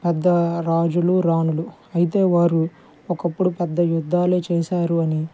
పెద్ద రాజులు రాణులు అయితే వారు ఒకప్పుడు పెద్ద యుద్ధాలే చేశారు అని